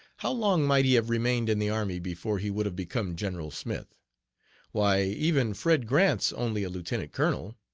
how long might he have remained in the army before he would have become general smith why, even fred grant's only a lieutenant-colonel.